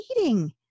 eating